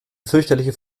fürchterliche